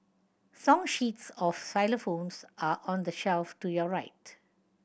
song sheets of xylophones are on the shelf to your right